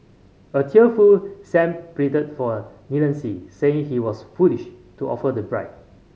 a tearful Sang pleaded for leniency saying he was foolish to offer the bribe